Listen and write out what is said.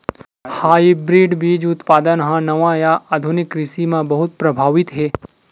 hybrid बीज उत्पादन हा नवा या आधुनिक कृषि मा बहुत प्रभावी हे